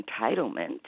entitlement